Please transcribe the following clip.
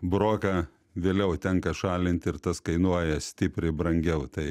broką vėliau tenka šalinti ir tas kainuoja stipriai brangiau tai